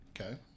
Okay